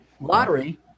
lottery